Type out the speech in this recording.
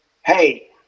hey